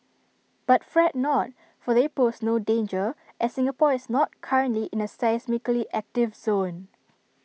but fret not for they pose no danger as Singapore is not currently in A seismically active zone